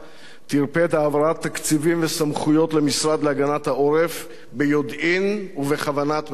טרפד העברת תקציבים וסמכויות למשרד להגנת העורף ביודעין ובכוונת מכוון.